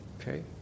Okay